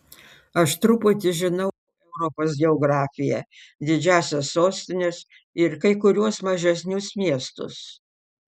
aš truputį žinau europos geografiją didžiąsias sostines ir kai kuriuos mažesnius miestus